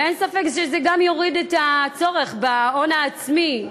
ואין ספק שזה גם יוריד את הצורך בהון העצמי.